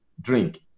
Drink